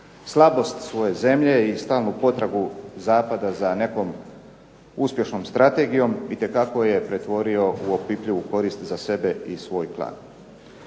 Slabost svoje zemlje i stalnu potragu zapada za nekom uspješnom strategijom, itekako je pretvorio u opipljivu korist za sebe i svoj klan.